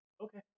Okay